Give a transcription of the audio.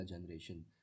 generation